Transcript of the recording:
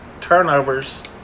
turnovers